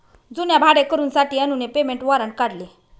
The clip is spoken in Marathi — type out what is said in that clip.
जुन्या भाडेकरूंसाठी अनुने पेमेंट वॉरंट काढले